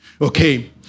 Okay